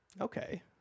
okay